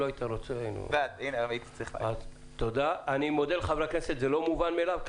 אני מודה לחברי הכנסת, זה לא מובן מאליו.